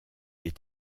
est